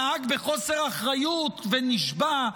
נהג בחוסר אחריות ונשבה,